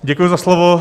Děkuji za slovo.